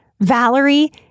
Valerie